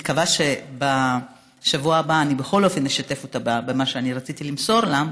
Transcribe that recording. מקווה שבשבוע הבא אני בכל אופן אשתף אותה במה שרציתי למסור לה.